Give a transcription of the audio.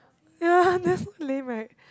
ya they're so lame right